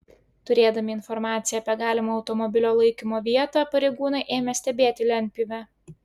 turėdami informaciją apie galimą automobilio laikymo vietą pareigūnai ėmė stebėti lentpjūvę